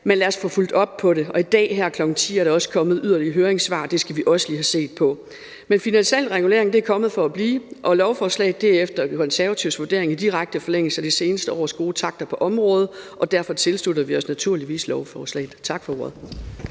men lad os få fulgt op på det. I dag her kl. 10 er der også kommet yderligere høringssvar, og det skal vi også lige have set på. Men finansiel regulering er kommet for at blive, og lovforslaget er efter Konservatives vurdering i direkte forlængelse af de seneste års gode takter på området. Og derfor tilslutter vi os naturligvis lovforslaget. Tak for ordet.